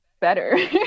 better